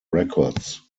records